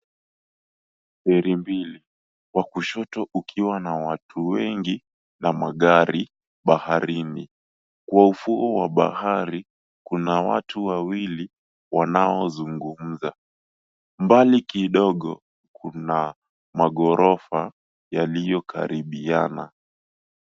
Feri mbili, wa kushoto ukiwa na watu wengi na magari baharini. Kwa ufuo wa bahari, kuna watu wawili wanaozungumza. Mbali kidogo, kuna magorofa yaliyo karibiana.